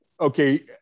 okay